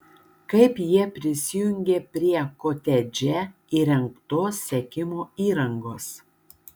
kaip jie prisijungė prie kotedže įrengtos sekimo įrangos